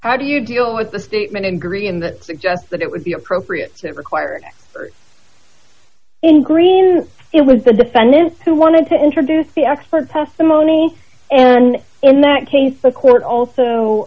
how do you deal with the statement agreeing that suggests that it would be appropriate that required in greens it was the defendant who wanted to introduce the expert testimony and in that case the court also